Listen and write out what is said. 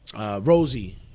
Rosie